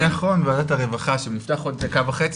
נכון בוועדת הרווחה שנפתח עוד דקה וחצי